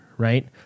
right